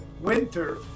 winter